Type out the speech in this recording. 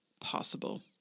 possible